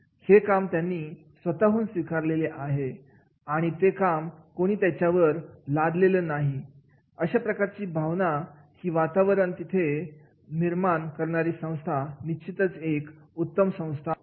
हे काम त्यांनी स्वतःहून स्वीकारलेले आहे आणि ते कोणी त्याच्यावर लागलेलं नाही अशा प्रकारची भावना ही वातावरण जिथे असतं ती संस्था निश्चितच एक सर्वोत्तम संस्था असते